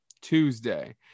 tuesday